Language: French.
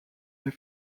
les